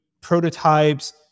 prototypes